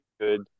good